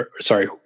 sorry